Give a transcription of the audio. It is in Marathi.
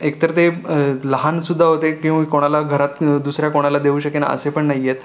एक तर ते लहानसुद्धा होते किंवा कोणाला घरात दुसऱ्या कोणाला देऊ शकेन असे पण नाही आहेत